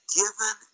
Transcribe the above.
given